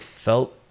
felt